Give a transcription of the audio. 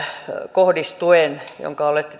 kohdistuen jonka olette